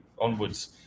Onwards